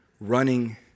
running